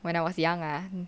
when I was young ah